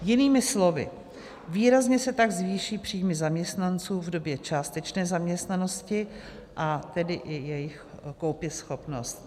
Jinými slovy, výrazně se tak zvýší příjmy zaměstnanců v době částečné zaměstnanosti, a tedy i jejich koupěschopnost.